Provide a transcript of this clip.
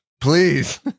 Please